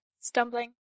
stumbling